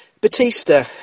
Batista